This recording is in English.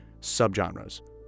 subgenres